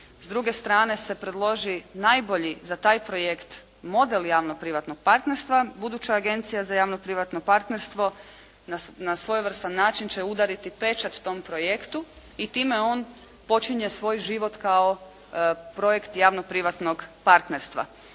s druge strane se predloži najbolji za taj projekt model javno privatnog partnerstva buduća Agencija za javno privatno partnerstvo na svojevrstan način će udariti pečat tom projektu i time on počinje svoj život kao projekt javno privatnog partnerstva.